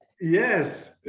yes